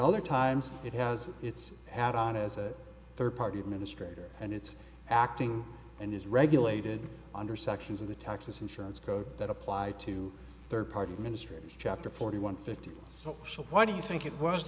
other times it has its hat on as a third party administrator and it's acting and is regulated under sections of the texas insurance code that apply to third party ministries chapter forty one fifty so why do you think it w